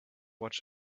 watch